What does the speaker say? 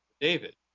David